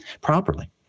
properly